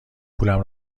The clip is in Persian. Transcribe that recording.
پولم